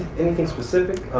anything specific.